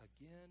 again